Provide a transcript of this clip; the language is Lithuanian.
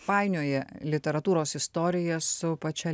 painioja literatūros istoriją su pačia